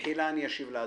במחילה, אשיב לאדוני.